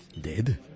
Dead